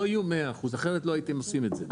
לא יהיו 100%, אחרת לא הייתם עושים את זה.